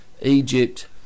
Egypt